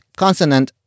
consonant